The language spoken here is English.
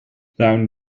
down